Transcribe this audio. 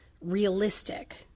realistic